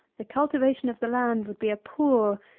the cultivation of the land would be a poor,